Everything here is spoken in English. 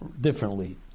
differently